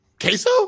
Queso